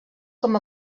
com